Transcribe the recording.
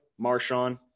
Marshawn